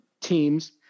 teams